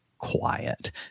quiet